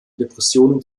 depressionen